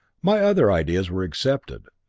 my other ideas were accepted.